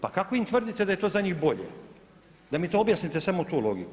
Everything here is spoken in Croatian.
Pa kako im tvrdite da je to za njih bolje, da mi to objasnite samo tu logiku.